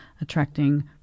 attracting